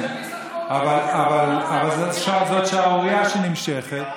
אבל זאת שערורייה שנמשכת.